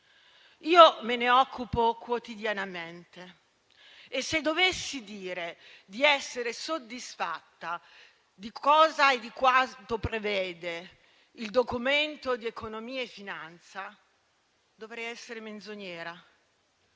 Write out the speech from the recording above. Io me ne occupo quotidianamente e se dovessi dire di essere soddisfatta di cosa e di quanto prevede il Documento di economia e finanza dovrei essere menzognera.